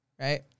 right